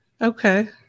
Okay